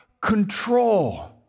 control